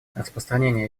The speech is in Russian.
распространение